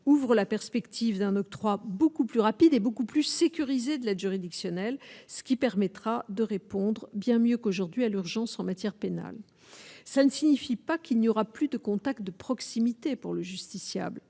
ouvrent la perspective d'un octroi beaucoup plus rapide et beaucoup plus sécurisé de l'aide juridictionnelle, ce qui permettra de répondre bien mieux qu'aujourd'hui, à l'urgence en matière pénale, ça ne signifie pas qu'il n'y aura plus de contacts de proximité pour le justiciable,